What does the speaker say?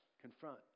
confront